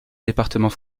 département